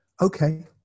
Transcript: Okay